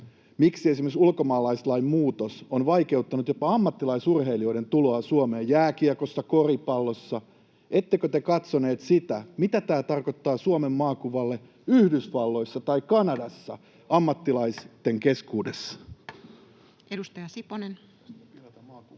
miksi esimerkiksi ulkomaalaislain muutos on vaikeuttanut jopa ammattilaisurheilijoiden tuloa Suomeen jääkiekossa, koripallossa. Ettekö te katsoneet sitä, mitä tämä tarkoittaa Suomen maakuvalle Yhdysvalloissa tai Kanadassa ammattilaisten keskuudessa? Edustaja Siponen.